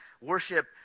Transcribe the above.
worship